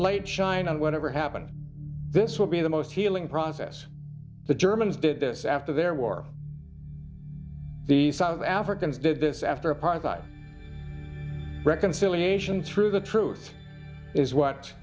light shine and whatever happens this will be the most healing process the germans did this after their war the south africans did this after apartheid reconciliation through the truth is what